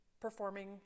performing